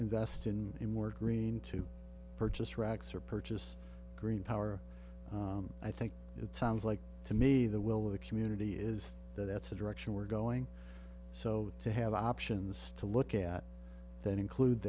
invest in a more green to purchase racks or purchase green power i think it sounds like to me the will of the community is that that's the direction we're going so to have options to look at that include